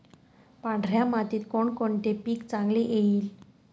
पांढऱ्या मातीत कोणकोणते पीक चांगले येईल?